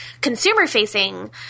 consumer-facing